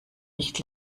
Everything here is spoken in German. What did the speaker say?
nicht